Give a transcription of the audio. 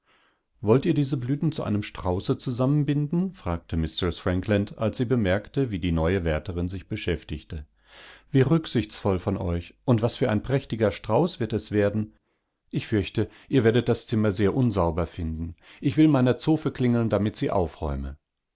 wollt ihr diese blüten zu einem strauße zusammenbinden fragte mistreß frankland als sie bemerkte wie die neue wärterin sich beschäftigte wie rücksichtsvollvoneuch undwasfüreinprächtigerstraußwirdeswerden ichfürchte ihr werdet das zimmer sehr unsauber finden ich will meiner zofe klingeln damit sie aufräume